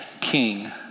king